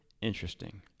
interesting